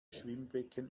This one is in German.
schwimmbecken